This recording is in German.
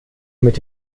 mit